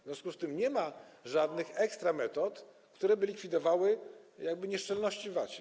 W związku z tym nie ma żadnych ekstrametod, które by likwidowały nieszczelności w VAT.